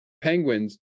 Penguin's